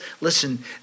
listen